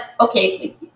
Okay